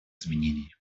изменений